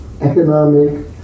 Economic